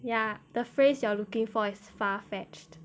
ya the phrase you are looking for as far fetched